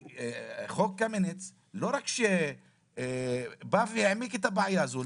שחוק קמיניץ בא והעמיק את הבעיה הזאת.